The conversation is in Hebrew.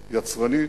יצרני.